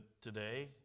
today